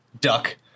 Duck